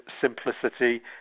simplicity